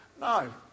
No